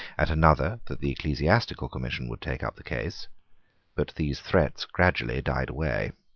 at another that the ecclesiastical commission would take up the case but these threats gradually died away.